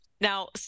Now